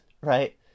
Right